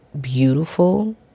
beautiful